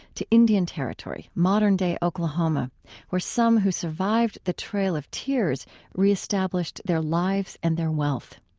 to indian territory modern-day oklahoma where some who survived the trail of tears re-established their lives and their wealth.